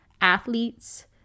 athletes